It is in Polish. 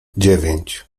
dziewięć